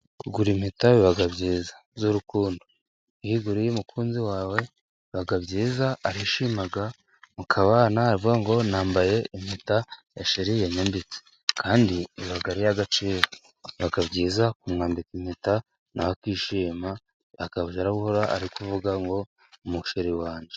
Kugura impeta biba byiza z'urukundo, iyo uguriye umukunzi wawe biba byiza arishima mukabana aravuga ngo nambaye impeta ya cheri yambitse kandi iba ari iy'agaciro, baba byiza kumwambika impeta nawe akishima akazajya arahora ari kuvuga ngo umu cheri wajye.